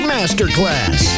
Masterclass